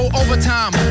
overtime